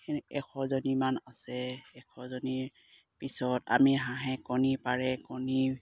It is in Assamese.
এশজনীমান আছে এশজনীৰ পিছত আমি হাঁহে কণী পাৰে কণী